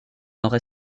nord